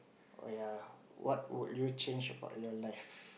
oh ya what would you change about your life